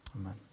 Amen